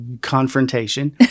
confrontation